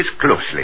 closely